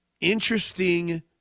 interesting